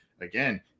again